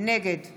נגד